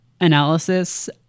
analysis